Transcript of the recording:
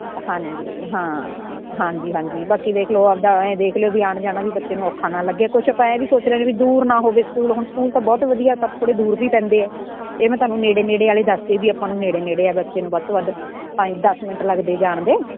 ਹਾਂਜੀ ਹਾਂ ਹਾਂਜੀ ਹਾਂਜੀ ਬਾਕੀ ਦੇਖ ਲਓ ਆਪਣਾ ਐਂ ਦੇਖ ਲਿਓ ਵੀ ਆਉਣ ਜਾਣਾ ਵੀ ਬੱਚੇ ਨੂੰ ਔਖਾ ਨਾ ਲੱਗੇ ਕੁਛ ਆਪਾਂ ਇਹ ਵੀ ਸੋਚ ਲੈਂਦੇ ਵੀ ਦੂਰ ਨਾ ਹੋਵੇ ਸਕੂਲ ਹੁਣ ਸਕੂਲ ਤਾਂ ਬਹੁਤ ਵਧੀਆ ਪਰ ਥੋੜ੍ਹੇ ਦੂਰ ਵੀ ਪੈਂਦੇ ਆ ਇਹ ਮੈਂ ਤੁਹਾਨੂੰ ਨੇੜੇ ਨੇੜੇ ਵਾਲੇ ਦੱਸ ਤੇ ਵੀ ਆਪਾਂ ਨੂੰ ਨੇੜੇ ਨੇੜੇ ਆ ਬੱਚੇ ਨੂੰ ਵੱਧ ਤੋਂ ਵੱਧ ਟਾਈਮ ਦਸ ਮਿੰਟ ਲੱਗਦੇ ਜਾਣ ਦੇ